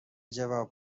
جواب